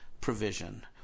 provision